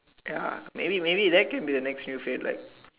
ya maybe maybe that could be the next new fad like